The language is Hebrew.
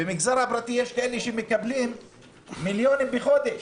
במגזר הפרטי יש כאלה שמקבלים מיליונים בחודש.